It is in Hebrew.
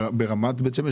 ברמת בית שמש,